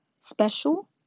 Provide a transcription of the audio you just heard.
special